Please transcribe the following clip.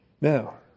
Now